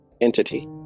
entity